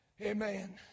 Amen